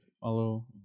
Follow